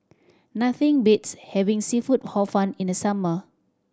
nothing beats having seafood Hor Fun in the summer